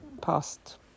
past